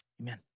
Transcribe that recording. Amen